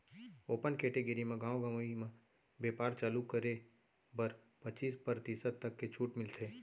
open category म गाँव गंवई म बेपार चालू करे बर पचीस परतिसत तक के छूट मिलथे